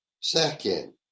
second